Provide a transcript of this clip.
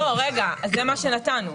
זה מה שנתנו.